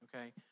okay